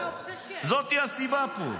זאת הסיבה פה.